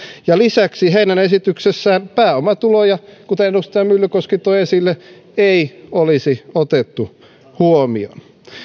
ja lisäksi heidän esityksessään pääomatuloja kuten edustaja myllykoski toi esille ei olisi otettu huomioon